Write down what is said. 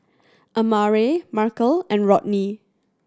Amare Markel and Rodney